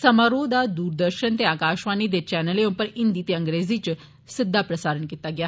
समारोह दा दूरदर्शन ते आकशवाणी दे चैनलें उप्पर हिंदी ते अंग्रेजी च सिद्दा प्रसारण कीता गेआ